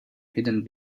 hidden